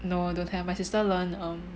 no don't have my sister learn um